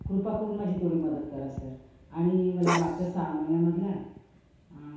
कृपा करून माझी तेवढी मदत करा सर आणि मला मागच्या सहा महिन्यामधला